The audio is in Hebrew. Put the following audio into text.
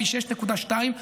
פי 6.2,